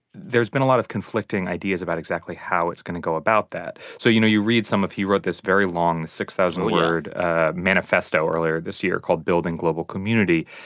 there's been a lot of conflicting ideas about exactly how it's going to go about that. so, you know, you read some of he wrote this very long, six thousand word ah manifesto earlier this year called building global community.